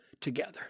together